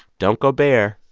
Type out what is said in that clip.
don't go bare.